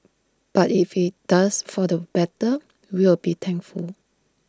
but if IT does for the better we'll be thankful